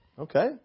Okay